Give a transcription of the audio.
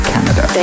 Canada